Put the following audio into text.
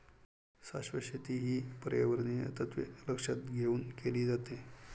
शाश्वत शेती ही पर्यावरणीय तत्त्वे लक्षात घेऊन केली जाते